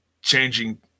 changing